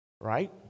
Right